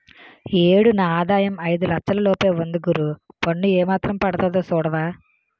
ఈ ఏడు నా ఆదాయం ఐదు లచ్చల లోపే ఉంది గురూ పన్ను ఏమాత్రం పడతాదో సూడవా